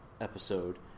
episode